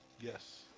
Yes